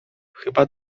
chyba